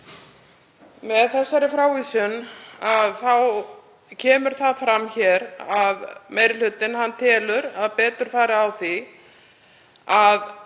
þessa frávísun kemur það fram hér að meiri hlutinn telur að betur fari á því að